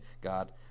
God